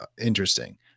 interesting